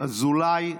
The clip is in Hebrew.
אזולאי,